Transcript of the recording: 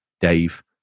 Dave